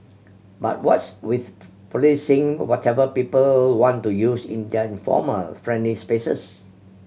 but what's with policing whatever people want to use in their informal friendly spaces